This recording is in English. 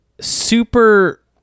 super